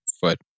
foot